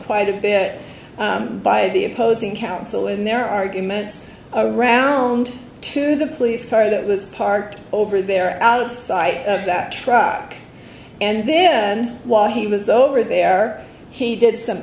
quite a bit by the opposing counsel in their arguments around to the police car that was parked over there outside that truck and then while he was over there he